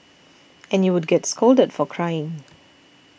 and you would get scolded for crying